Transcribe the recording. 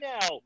now